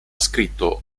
scritto